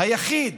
היחיד